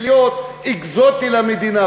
תראה מה אתם עושים, לא היו בדואים